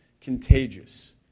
contagious